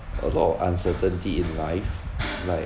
a lot of uncertainty in life like